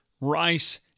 rice